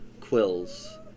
Quills